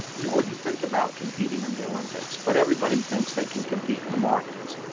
ah you wouldn't think about competing in the olympics, but everybody thinks they can compete in the markets.